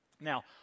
Now